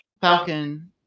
Falcon